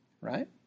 Right